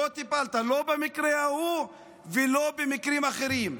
לא טיפלת לא במקרה ההוא ולא במקרים אחרים.